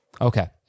Okay